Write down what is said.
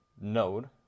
node